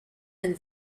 and